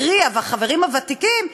קרי החברים הוותיקים,